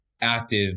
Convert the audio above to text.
active